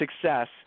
success